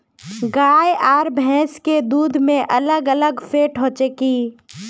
गाय आर भैंस के दूध में अलग अलग फेट होचे की?